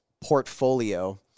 portfolio